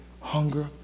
hunger